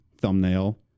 thumbnail